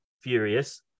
furious